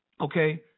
okay